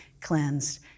cleansed